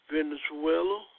Venezuela